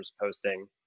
posting